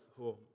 home